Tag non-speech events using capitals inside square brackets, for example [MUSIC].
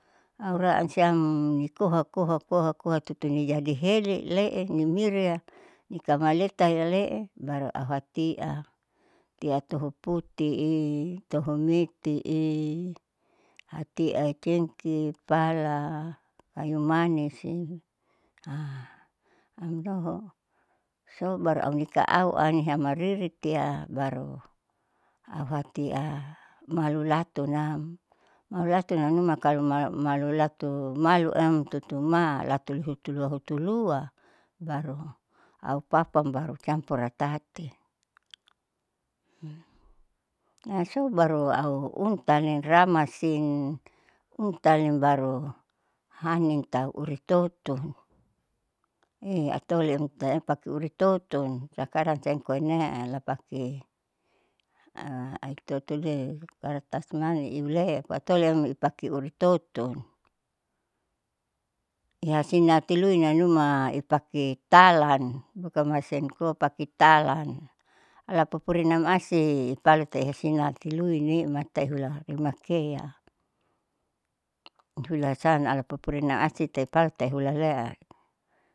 Auraan siam nikoha koha koha koha tutuni jadi heli le'e nimira niakaeta iyale'e baru auhatia hatia tohoputi i, totho meti'i hatia iti cengkih, pala kayumanisi [HESITATION] amloho sou baru niaka ua anihamariri tia baru auhatia malu latunam, malu latunam numa kalo maulatu maluam tutuma latulihutulua hutulua baru aupapam baru au campura tati [NOISE] la su baru au untali ramasin untalin baru hanin tau uritoto, eatole am pakai uritoton sakarang siam koine'e lapake a aitotole kartas manis ihule'e patoleam ipake uritoton ihasinati luin namnuma ipake talan bukan masin koa pake talan, lapupurinam asi ipalute hasinati luite mata ihula imakea [NOISE] hulasan ala pupurina asi te pala te hulale'e.